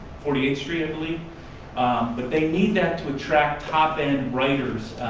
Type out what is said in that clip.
forty eighth street, i believe, but they need that to attract top end writers,